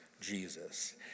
Jesus